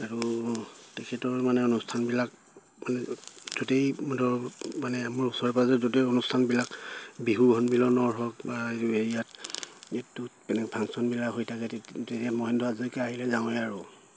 আৰু তেখেতৰ মানে অনুষ্ঠানবিলাক মানে মানে মোৰ ওচৰে পাঁজৰে যতেই অনুষ্ঠানবিলাক বিহু সন্মিলনেই হওক বা ইয়াত এইটোতনে ফাংচনবিলাক হৈ থাকে তেতিয়া মহেন্দ্ৰ হাজৰিকা আহিলে যাওঁৱেই আৰু